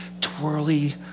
twirly